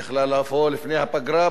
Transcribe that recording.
היא יכולה היתה לבוא לפני הפגרה,